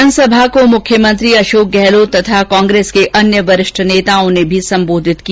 जनसभा को मुख्यमंत्री अशोक गहलोत तथा कांग्रेस के अन्य वरिष्ठ नेताओं ने भी सम्बोधित किया